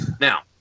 Now